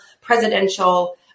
presidential